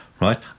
Right